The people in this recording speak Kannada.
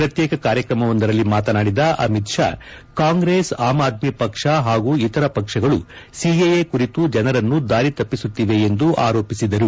ಪ್ರತ್ಯೇಕ ಕಾರ್ಯಕ್ರಮವೊಂದರಲ್ಲಿ ಮಾತನಾಡಿದ ಅಮಿತ್ ಶಾ ಕಾಂಗ್ರೆಸ್ ಆಮ್ ಆದ್ನಿ ಪಕ್ಷ ಹಾಗೂ ಇತರ ಪಕ್ಷಗಳು ಸಿಎಎ ಕುರಿತು ಜನರನ್ನು ದಾರಿ ತಪ್ಪಿಸುತ್ತಿವೆ ಎಂದು ಆರೋಪಿಸಿದರು